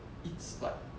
it's like